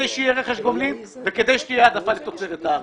שיהיה רכש גומלין וכדי שתהיה העדפה לתוצרת הארץ.